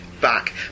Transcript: back